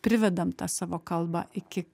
privedam tą savo kalbą iki